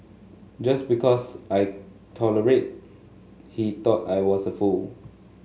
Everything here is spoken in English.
just because I tolerated he thought I was a fool